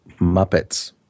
Muppets